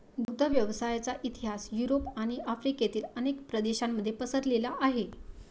दुग्ध व्यवसायाचा इतिहास युरोप आणि आफ्रिकेतील अनेक प्रदेशांमध्ये पसरलेला आहे